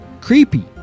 creepy